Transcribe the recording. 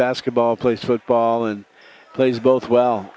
basketball plays football and plays both well